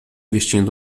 vestindo